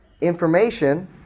information